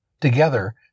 Together